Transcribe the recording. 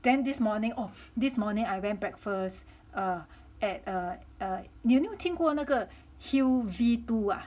then this morning oh this morning I went breakfast err at err err 你有没有听过那个 hill v two